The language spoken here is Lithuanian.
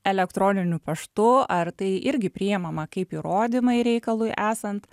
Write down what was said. elektroniniu paštu ar tai irgi priimama kaip įrodymai reikalui esant